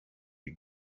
you